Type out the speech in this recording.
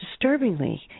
disturbingly